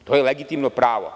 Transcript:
To je vaše legitimno pravo.